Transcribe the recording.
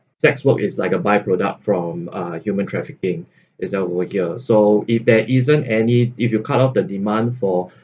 sex work is like a by-product from uh human trafficking over here so if there isn't any if you cut off the demand for